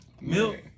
Milk